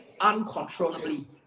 uncontrollably